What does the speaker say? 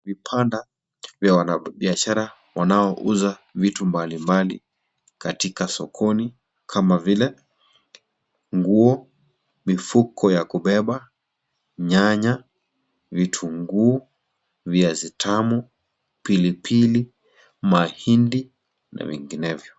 Vibanda vya wanabishara wanaouza vitu mbalimbali katika sokoni kama vile; nguo, mifuko ya kubeba, nyanya, vitunguu, viazi tamu, pilipili, mahindi na vinginevyo.